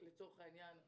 שלצורך העניין,